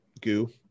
goo